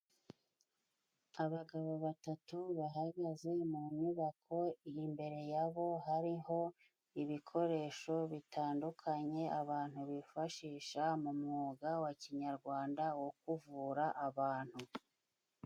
Abagabo batatu bahagaze mu nyubako iri imbere ya bo, hariho ibikoresho bitandukanye abantu bifashisha mu mwuga wa kinyarwanda wo kuvura abantu.